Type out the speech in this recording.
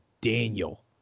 Daniel